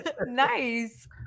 nice